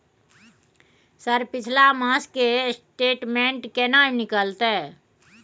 Sir पिछला मास के स्टेटमेंट केना निकलते?